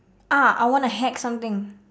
ah I want to hack something